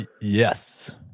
Yes